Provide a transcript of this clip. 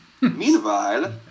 Meanwhile